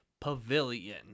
Pavilion